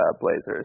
Blazers